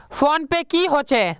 Phone पै की होचे?